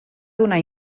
donar